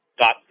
dot